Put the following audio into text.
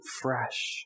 fresh